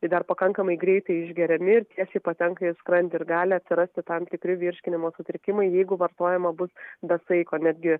ir dar pakankamai greitai išgeriami ir tiesiai patenka į skrandį ir gali atsirasti tam tikri virškinimo sutrikimai jeigu vartojama bus be saiko netgi